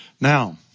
Now